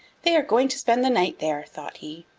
they are going to spend the night there, thought he.